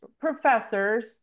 professors